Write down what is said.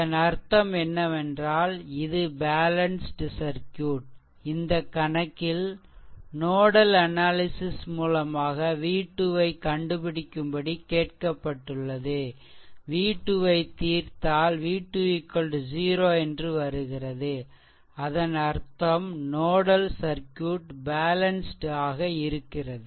இதன் அர்த்தம் என்னவென்றால் இது பேலன்ஸ்டு சர்க்யூட் இந்த கணக்கில் நோடல் அனாலிசிஷ் மூலமாக v2 ஐ கண்டுபிடிக்கும்படி கேட்கப்பட்டுள்ளது v2 ஐ தீர்த்தால் v2 0 என்று வருகிறது அதன் அர்த்தம் நோடல் சர்க்யூட் பேலன்ஸ்டு ஆக இருக்கிறது